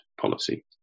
policy